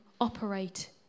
operate